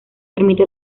permite